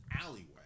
alleyway